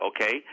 okay